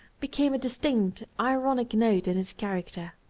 became a distinct, ironic note in his character.